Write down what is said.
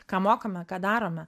ką mokame ką darome